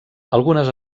algunes